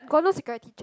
got no security check